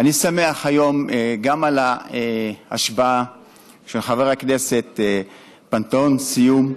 אני שמח היום גם על ההשבעה של חבר הכנסת פנתהון סיום.